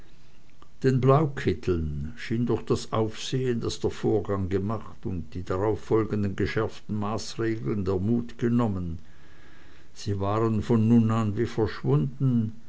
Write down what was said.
den blaukitteln schien durch das aufsehen das der vorgang gemacht und die darauf folgenden geschärften maßregeln der mut genommen sie waren von nun an wie verschwunden